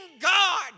God